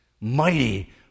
Mighty